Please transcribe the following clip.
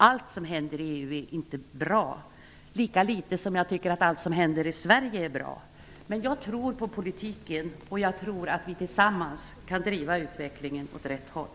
Allt som händer i EU är inte bra, lika litet som jag tycker att allt som händer i Sverige är bra. Men jag tror på politiken, och jag tror att vi tillsammans kan driva utvecklingen åt rätt håll.